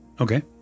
Okay